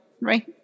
right